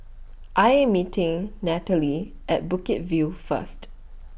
I Am meeting Nathalie At Bukit View First